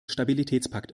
stabilitätspakt